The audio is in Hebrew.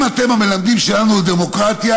אם אתם המלמדים שלנו על דמוקרטיה,